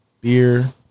beer